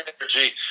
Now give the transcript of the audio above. energy